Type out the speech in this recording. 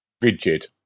rigid